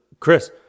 Chris